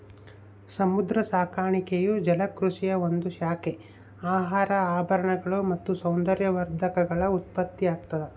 ಸಮುದ್ರ ಸಾಕಾಣಿಕೆಯು ಜಲಕೃಷಿಯ ಒಂದು ಶಾಖೆ ಆಹಾರ ಆಭರಣಗಳು ಮತ್ತು ಸೌಂದರ್ಯವರ್ಧಕಗಳ ಉತ್ಪತ್ತಿಯಾಗ್ತದ